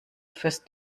fürs